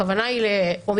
הכוונה היא לאומיקרון.